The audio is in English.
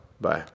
Bye